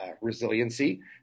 resiliency